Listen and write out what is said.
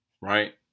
right